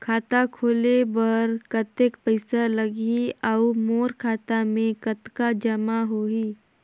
खाता खोले बर कतेक पइसा लगही? अउ मोर खाता मे कतका जमा होही?